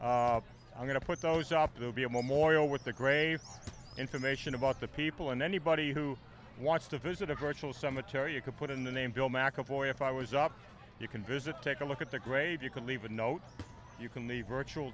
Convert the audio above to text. i'm going to put those up will be a memorial with the great information about the people and anybody who wants to visit a virtual cemetery you can put in the name bill mcavoy if i was up you can visit take a look at the grave you can leave a note you can the virtual